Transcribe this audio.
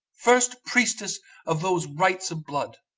first priestess of those rites of blood.